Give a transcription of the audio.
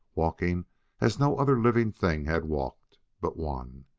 walking as no other living thing had walked, but one.